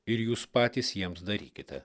ir jūs patys jiems darykite